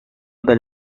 del